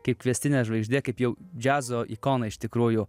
kaip kviestinė žvaigždė kaip jau džiazo ikona iš tikrųjų